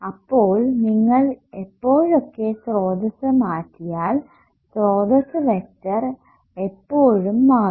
അപ്പോൾ നിങ്ങൾ എപ്പോഴൊക്കെ സ്രോതസ്സ് മാറ്റിയാൽ സ്രോതസ്സ് വെക്ടർ എപ്പോഴും മാറും